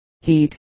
heat